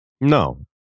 No